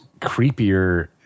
creepier